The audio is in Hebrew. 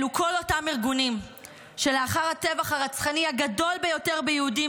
אלו כל אותם ארגונים שלאחר הטבח הרצחני הגדול ביותר ביהודים